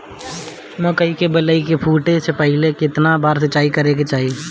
मकई के बाली फूटे से पहिले केतना बार सिंचाई करे के चाही?